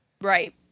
Right